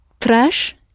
trash